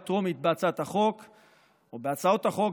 טרומית בהצעת החוק או בהצעות החוק,